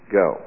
go